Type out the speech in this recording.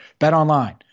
BetOnline